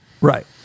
right